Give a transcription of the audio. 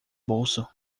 bolso